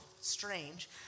strange